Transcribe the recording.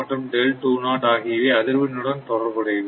மற்றும் ஆகியவை அதிர்வென்னுடன் தொடர்பு உடையவை